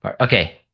Okay